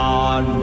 on